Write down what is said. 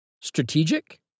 Strategic